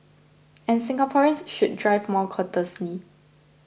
and Singaporeans should drive more courteously